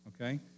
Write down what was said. okay